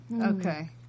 Okay